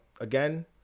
again